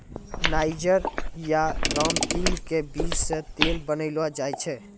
niger या रामतिल के बीज सॅ तेल बनैलो जाय छै